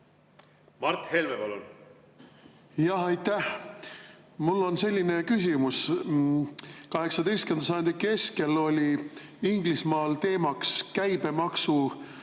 Mart Helme, palun! Aitäh! Mul on selline küsimus. 18. sajandi keskel oli Inglismaal teemaks käibemaksu